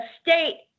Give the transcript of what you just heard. state